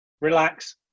relax